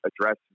address